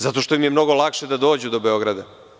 Zato što im je mnogo lakše da dođu do Beograda.